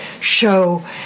show